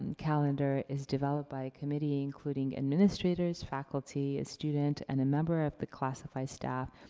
and calendar is developed by a committee including administrators, faculty, a student, and a member of the classified staff.